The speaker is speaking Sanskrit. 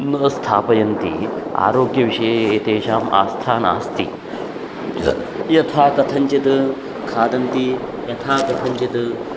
न स्थापयन्ति आरोग्यविषये एतेषाम् आस्था नास्ति यथा कथञ्चित् खादन्ति यथा कथञ्चित्